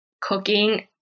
cooking